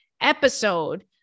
episode